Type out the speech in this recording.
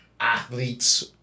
Athletes